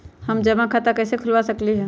हम जमा खाता कइसे खुलवा सकली ह?